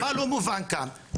מה לא מובן כאן?